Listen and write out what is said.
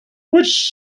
which